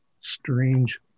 strange